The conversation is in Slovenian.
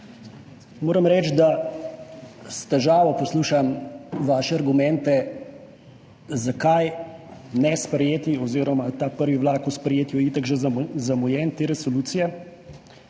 Moram reči, da s težavo poslušam vaše argumente, zakaj ne sprejeti oziroma ta prvi vlak v sprejetju je itak že zamujen, te resolucije,